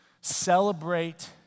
Celebrate